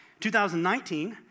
2019